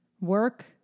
work